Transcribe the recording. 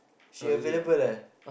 she available leh